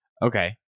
Okay